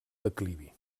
declivi